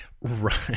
Right